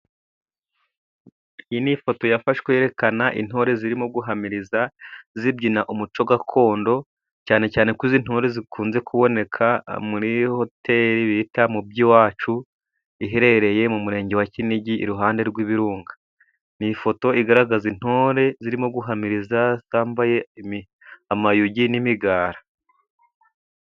Iyi ni ifoto yafashwe yerekana intore zirimo guhamiriza, zibyina umuco gakondo, cyane cyane ko izi ntore zikunze kuboneka muri hoteri bita mu by'iwacu, iherereye mu murenge wa Kinigi, iruhande rw'ibirunga. Ni ifoto igaragaza intore zirimo guhamiriza, zitambaye amayugi n'imigara.